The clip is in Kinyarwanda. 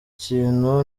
ikintu